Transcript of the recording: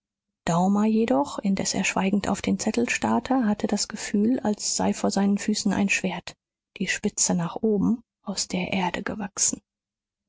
schultern daumer jedoch indes er schweigend auf den zettel starrte hatte das gefühl als sei vor seinen füßen ein schwert die spitze nach oben aus der erde gewachsen